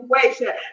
situation